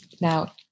Now